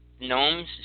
Gnomes